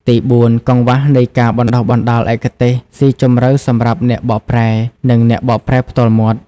ទីបួន កង្វះនៃការបណ្តុះបណ្តាលឯកទេសស៊ីជម្រៅសម្រាប់អ្នកបកប្រែ និងអ្នកបកប្រែផ្ទាល់មាត់។